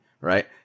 right